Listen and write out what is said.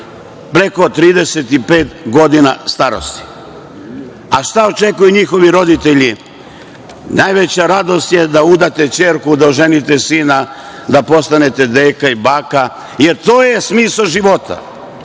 preko 35 godina starosti. Šta očekuju njihovi roditelji? Najveća radost je da udate ćerku, da oženite sina, da postanete deka i baka, jer to je smisao života,